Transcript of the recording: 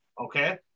okay